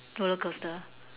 roller coaster